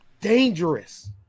dangerous